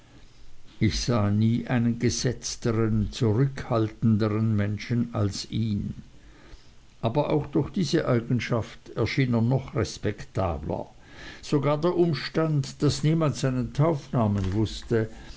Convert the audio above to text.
ich sah nie einen gesetzteren zurückhaltenderen menschen als ihn aber auch durch diese eigenschaft erschien er noch respektabler sogar der umstand daß niemand seinen taufnamen wußte